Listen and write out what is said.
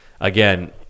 Again